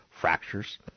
fractures